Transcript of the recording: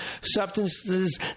substances